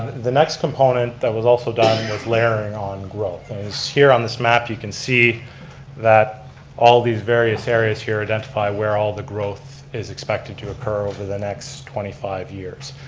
the next component that was also done was layering on growth. and it's here on this map you can see that all these various areas here identify where all the growth is expected to occur over the next twenty five years.